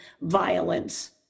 violence